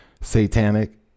satanic